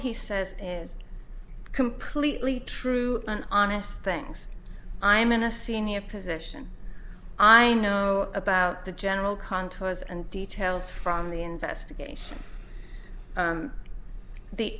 he says is completely true and honest things i'm in a senior position i know about the general contours and details from the investigation